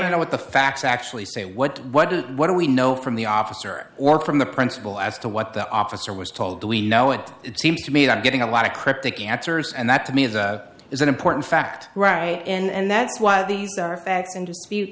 don't know what the facts actually say what what do what do we know from the officer or from the principal as to what the officer was told do we know it it seems to me that i'm getting a lot of cryptic answers and that to me is is an important fact right and that's why these are facts in dispute